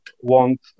want